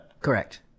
correct